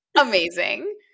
Amazing